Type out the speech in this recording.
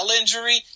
injury